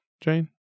Jane